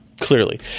clearly